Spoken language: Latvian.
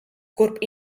kurp